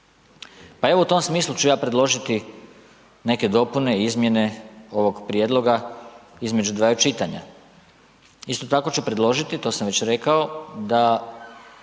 Pa evo u tom smislu ću ja predložiti neke dopune i izmjene ovog prijedloga između dvaju čitanja. Isto tako ću predložiti, to sam već rekao, da